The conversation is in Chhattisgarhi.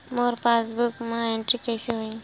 मोर पासबुक मा एंट्री कइसे होही?